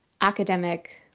academic